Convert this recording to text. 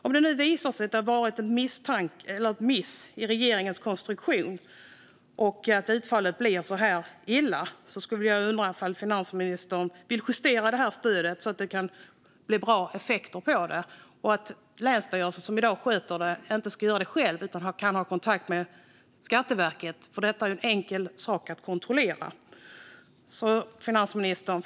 Om det nu visar sig att det har blivit en miss i regeringens konstruktion och att utfallet blir så här illa undrar jag ifall finansministern vill justera stödet så att det får bra effekt och så att länsstyrelserna, som sköter det i dag, inte gör detta själv utan kan ha kontakt med Skatteverket. Detta är en enkel sak att kontrollera. Finansministern!